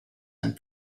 and